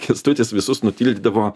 kęstutis visus nutildydavo